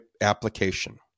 application